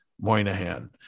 Moynihan